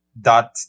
dot